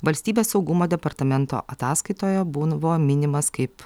valstybės saugumo departamento ataskaitoje bunvo minimas kaip